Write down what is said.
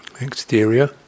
Exterior